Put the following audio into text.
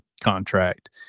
contract